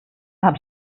habe